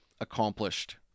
accomplished